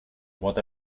what